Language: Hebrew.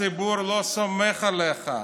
הציבור לא סומך עליך.